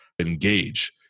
engage